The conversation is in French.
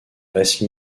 reste